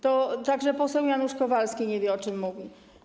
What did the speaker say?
Także poseł Janusz Kowalski nie wie, o czym mówi.